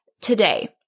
today